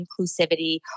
inclusivity